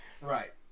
Right